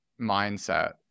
mindset